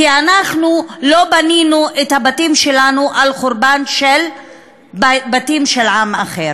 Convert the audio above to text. כי אנחנו לא בנינו את הבתים שלנו על חורבן של בתים של עם אחר.